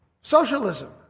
Socialism